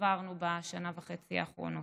שצברנו בשנה וחצי האחרונות.